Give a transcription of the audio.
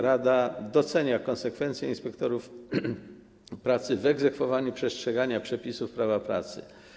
Rada docenia konsekwencję inspektorów pracy w egzekwowaniu przestrzegania przepisów prawa pracy.